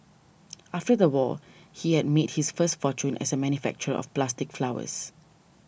after the war he had made his first fortune as a manufacturer of plastic flowers